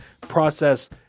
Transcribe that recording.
process